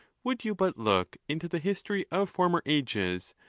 would you but look into the history of former ages,